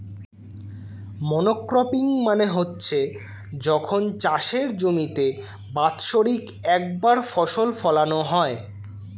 monocropping মানে হচ্ছে যখন চাষের জমিতে বাৎসরিক একবার ফসল ফোলানো হয়